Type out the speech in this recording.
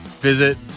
Visit